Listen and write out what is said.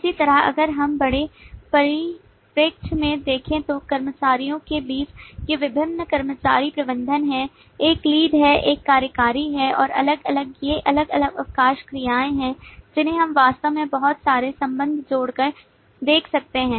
इसी तरह अगर हम बड़े परिप्रेक्ष्य में देखें तो कर्मचारियों के बीच ये विभिन्न कर्मचारी प्रबंधक हैं एक लीड हैं एक कार्यकारी हैं और अलग अलग ये अलग अलग अवकाश क्रियाएं हैं जिन्हें हम वास्तव में बहुत सारे संबंध जोड़कर देख सकते हैं